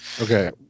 Okay